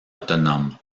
autonome